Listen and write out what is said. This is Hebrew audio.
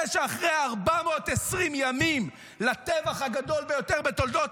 זה שאחרי 420 ימים לטבח הגדול ביותר בתולדות